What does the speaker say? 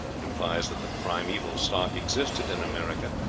implies that the primeval stock existed in america,